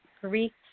Greek